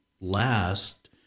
last